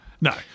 No